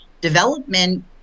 development